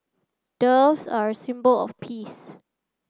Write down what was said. doves are symbol of peace